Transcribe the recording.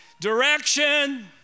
direction